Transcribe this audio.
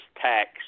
tax